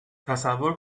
تصور